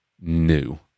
new